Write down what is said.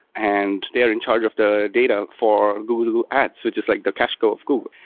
and they are in charge of the data for google ads, which is like the cache co of google.